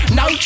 no